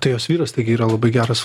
tai jos vyras taigi yra labai geras